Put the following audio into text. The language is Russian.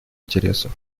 интересов